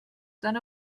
tan